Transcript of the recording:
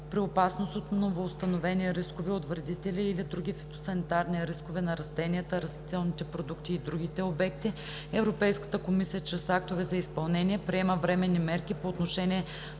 При опасност от новоустановени рискове от вредители или други фитосанитарни рискове за растенията, растителните продукти и другите обекти Европейската комисия чрез актове за изпълнение приема временни мерки по отношение